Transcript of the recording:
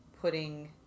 putting